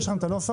יש לכם את הנוסח?